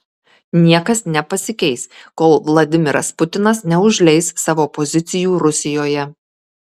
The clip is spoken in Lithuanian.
niekas nepasikeis kol vladimiras putinas neužleis savo pozicijų rusijoje